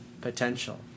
potential